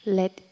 let